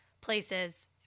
places